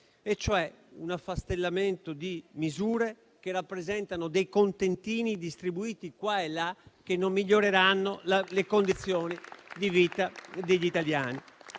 cioè un affastellamento di misure che rappresentano dei contentini distribuiti qua e là, che non miglioreranno le condizioni di vita degli italiani.